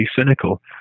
cynical